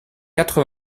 quatre